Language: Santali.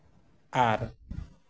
ᱟᱨ